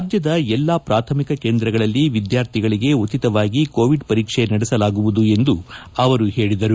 ರಾಜ್ಯದ ಎಲ್ಲಾ ಪ್ರಾಥಮಿಕ ಕೇಂದ್ರಗಳಲ್ಲಿ ವಿದ್ಯಾರ್ಥಿಗಳಿಗೆ ಉಚಿತವಾಗಿ ಕೋವಿಡ್ ಪರೀಕ್ಷೆ ನಡೆಸಲಾಗುವುದು ಎಂದು ಅವರು ಹೇಳಿದರು